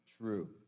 true